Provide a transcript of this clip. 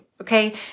Okay